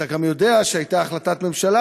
אתה גם יודע שהייתה החלטת ממשלה,